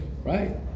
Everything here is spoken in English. Right